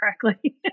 correctly